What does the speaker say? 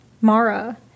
Mara